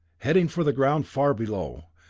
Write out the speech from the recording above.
heading for the ground far below,